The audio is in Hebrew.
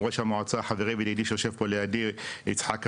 עם ראש המועצה חברי וידידי שיושב פה לידי יצחק רביץ,